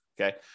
Okay